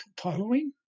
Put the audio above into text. following